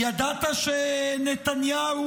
ידעת שנתניהו